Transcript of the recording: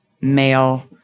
male